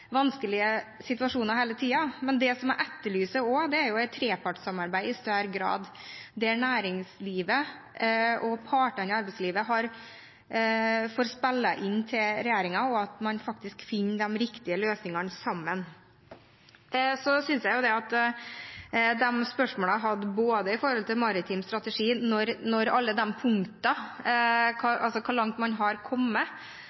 vanskelige situasjoner hele tiden. Men det jeg også etterlyser, er et trepartssamarbeid i større grad, der næringslivet og partene i arbeidslivet får spille inn til regjeringen, og at man finner de riktige løsningene sammen. Så synes jeg at de spørsmålene jeg hadde om maritim strategi – alle de punktene, altså hvor langt man har kommet, og hvordan man skal levere ut fra dem